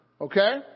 Okay